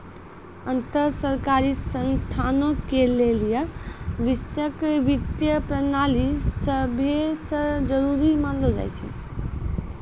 अन्तर सरकारी संस्थानो के लेली वैश्विक वित्तीय प्रणाली सभै से जरुरी मानलो जाय छै